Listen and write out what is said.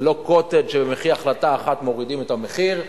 זה לא "קוטג'" שבמחי החלטה אחת מורידים את המחיר,